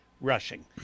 rushing